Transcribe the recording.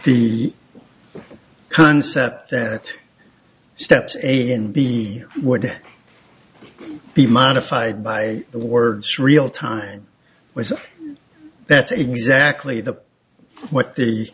the concept that steps a and b would be modified by the words real time was that's exactly the what the